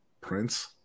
Prince